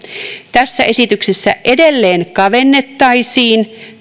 tässä esityksessä edelleen kavennettaisiin